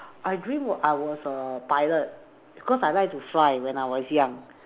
I dreamt I was a pilot because I like to fly when I was young